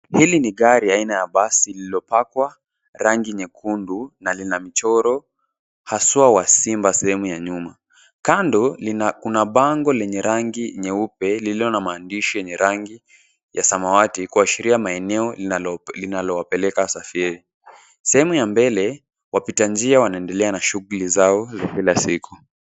Hili ni gari aina ya basi liliopakwa rangi nyekundu na lina mchoro haswa wa simba sehemu ya nyuma. Kando, kuna bango lenye rangi nyeupe lililo na maandishi yenye rangi ya samawati kuashiria maeneo linalowapeleka wasafiri. Sehemu ya mbele, wapita njia wanaendelea na shughuli zao za kila siku.